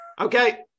Okay